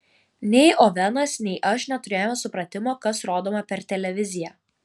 nei ovenas nei aš neturėjome supratimo kas rodoma per televiziją